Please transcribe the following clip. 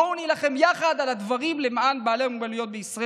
בואו נילחם יחד על הדברים למען בעלי המוגבלויות בישראל.